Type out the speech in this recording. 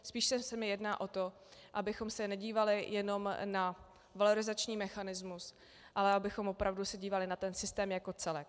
Spíše se mi jedná o to, abychom se nedívali jenom na valorizační mechanismus, ale abychom se opravdu dívali na ten systém jako celek.